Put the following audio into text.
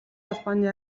холбооны